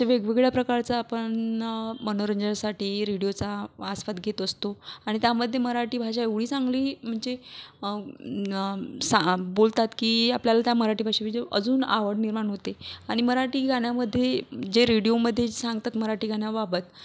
अशा वेगवेगळ्या प्रकारचा आपण मनोरंजनासाठी रेडिओचा आस्वाद घेत असतो आणि त्यामध्ये मराठी भाषा एवढी चांगली म्हणजे सा बोलतात की आपल्याला त्या मराठी भाषेविषयी अजून आवड निर्माण होते आणि मराठी गाण्यामध्ये जे रेडिओमध्ये सांगतात मराठी गाण्याबाबत